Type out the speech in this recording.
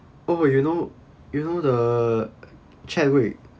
oh but you know you know the chadwick